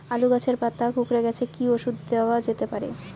আলু গাছের পাতা কুকরে গেছে কি ঔষধ দেওয়া যেতে পারে?